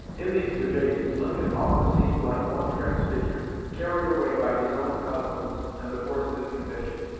in these debates lincoln often seemed like one transfigured carried away by his own eloquence and the force of his conviction.